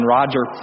Roger